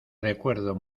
recuerdo